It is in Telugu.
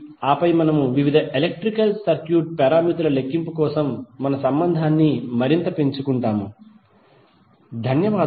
ఆపై మనము వివిధ ఎలక్ట్రికల్ సర్క్యూట్ పారామితుల లెక్కింపు కోసం సంబంధాన్ని మరింత పెంచుకుంటాము ధన్యవాదాలు